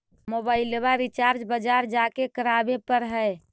मोबाइलवा रिचार्ज बजार जा के करावे पर है?